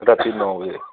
ਰਾਤੀ ਨੌਂ ਵਜੇ